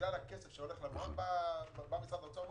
בגלל הכסף שהולך ל --- בא משרד האוצר ואמר